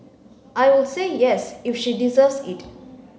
I would say yes if she deserves it